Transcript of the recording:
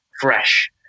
fresh